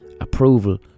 approval